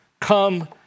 Come